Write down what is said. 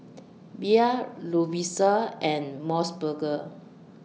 Bia Lovisa and Mos Burger